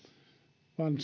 vaan